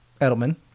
Edelman